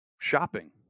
shopping